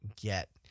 get